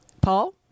Paul